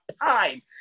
time